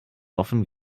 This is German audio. offen